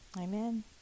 Amen